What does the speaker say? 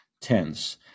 tense